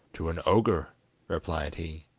to an ogre replied he.